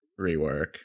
rework